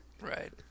Right